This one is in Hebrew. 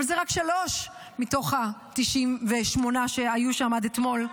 אבל זה רק שלוש מתוך ה-98 שהיו שם עד אתמול.